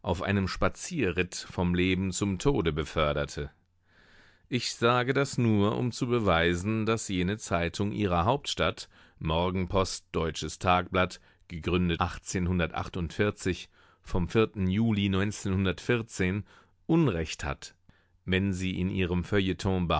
einem spazierritt vom leben zum tode beförderte ich sage das nur um zu beweisen daß jene zeitung ihrer hauptstadt morgen vom unrecht hat wenn sie in ihrem